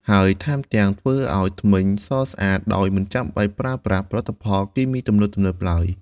ហើយថែមទាំងធ្វើឲ្យធ្មេញសស្អាតដោយមិនចាំបាច់ប្រើប្រាស់ផលិតផលគីមីទំនើបៗឡើយ។